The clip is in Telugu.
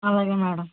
అలాగే మేడం